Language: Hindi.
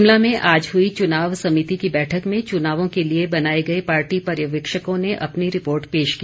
शिमला में आज हुई चुनाव समिति की बैठक में चुनावों के लिए बनाए गए पार्टी पर्यवेक्षकों ने अपनी रिपोर्ट पेश की